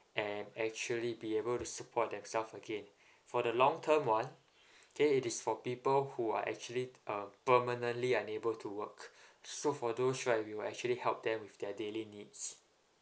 and actually be able to support themselves again for the long term [one] okay it is for people who are actually um permanently unable to work so for those right we will actually help them with their daily needs